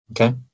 Okay